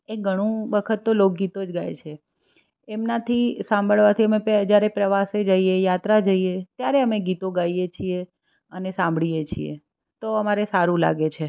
એ ઘણું વખત તો લોકગીતો જ ગાય છે એમનાંથી સાંભળવાથી અમે જ્યારે પ્રવાસે જઈએ યાત્રા જઈએ ત્યારે અમે ગીતો ગાઈએ છીએ અને સાંભળીએ છીએ તો અમારે સારું લાગે છે